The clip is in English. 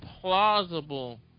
plausible